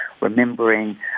remembering